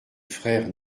frères